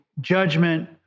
judgment